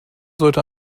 sollte